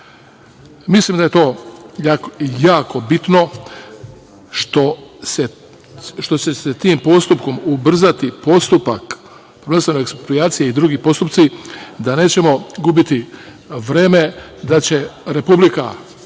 Mislim da je to jako bitno što će se tim postupkom ubrzati postupak eksproprijacije i drugi postupci, da nećemo gubiti vreme, da će Republika,